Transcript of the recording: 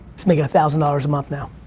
he's making a thousand dollars a month now.